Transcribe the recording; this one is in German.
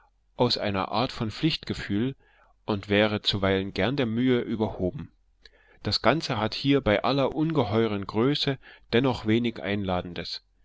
aus einer art von pflichtgefühl und wäre zuweilen gern der mühe überhoben das ganze hat hier bei aller ungeheuren größe dennoch wenig einladendes